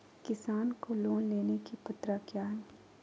किसान को लोन लेने की पत्रा क्या है?